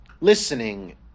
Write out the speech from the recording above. listening